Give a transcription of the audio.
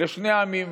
לשני העמים: